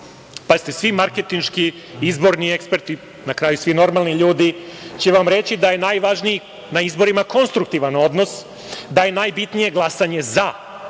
Pazite, svi marketinški izborni eksperti, na kraju svi normalni ljudi, će vam reći da je najvažnije na izborima konstruktivan odnos, da je najbitnije glasanje za,